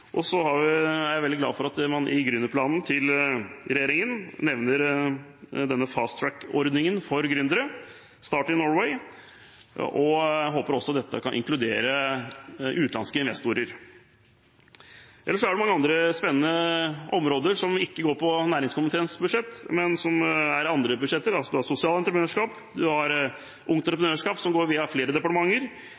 Jeg er også veldig glad for at man i gründerplanen til regjeringen nevner denne «fasttrack»-ordningen for gründere, Start in Norway, og jeg håper også dette kan inkludere utenlandske investorer. Ellers er det mange andre spennende områder som ikke går på næringskomiteens budsjett, men som tilhører andre budsjetter. Man har sosialt entreprenørskap, man har Ungt Entreprenørskap som går via flere departementer,